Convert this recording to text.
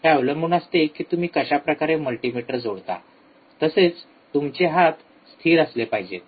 हे अवलंबून असते की तुम्ही कशा प्रकारे मल्टीमीटर जोडता तसेच तुमचे हात स्थिर असले पाहिजेत